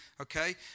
okay